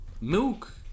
Milk